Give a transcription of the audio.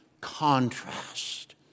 contrast